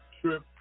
trip